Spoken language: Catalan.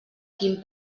quin